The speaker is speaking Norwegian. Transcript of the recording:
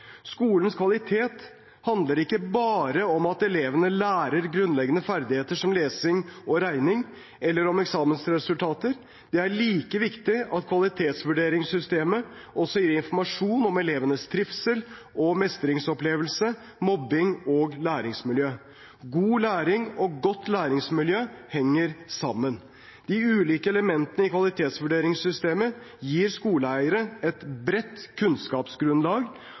Skolens kvalitet handler ikke bare om at elevene lærer grunnleggende ferdigheter som lesing og regning, eller om eksamensresultater. Det er like viktig at kvalitetsvurderingssystemet også gir informasjon om elevenes trivsel, mestringsopplevelse, mobbing og læringsmiljø. God læring og godt læringsmiljø henger sammen. De ulike elementene i kvalitetsvurderingssystemet gir skoleeiere et bredt kunnskapsgrunnlag